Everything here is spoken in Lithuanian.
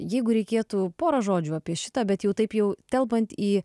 jeigu reikėtų porą žodžių apie šitą bet jų taip jau telpant į